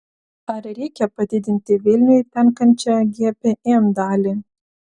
ar reikia padidinti vilniui tenkančią gpm dalį